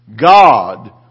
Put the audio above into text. God